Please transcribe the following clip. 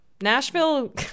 Nashville